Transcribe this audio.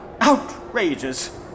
Outrageous